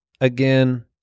again